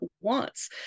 wants